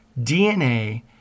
DNA